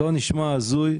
לא נשמע הזוי,